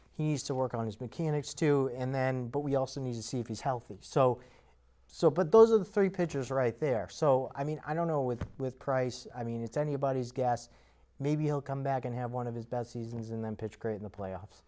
needs to work on his mechanics to and then but we also need to see if he's healthy so so but those are the three pitchers right there so i mean i don't know with with price i mean it's anybody's guess maybe he'll come back and have one of his best seasons and then pitch great in the playoffs